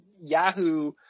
Yahoo